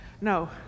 No